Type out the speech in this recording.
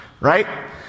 right